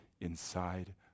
inside